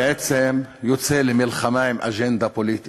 בעצם ראש הממשלה יוצא למלחמה עם אג'נדה פוליטית,